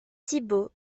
thibaut